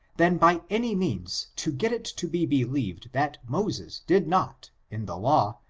than by any means to get it to be believed that moses did not, in the law,